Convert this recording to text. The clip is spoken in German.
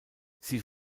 sie